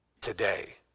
Today